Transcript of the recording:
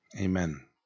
Amen